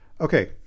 Okay